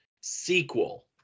sequel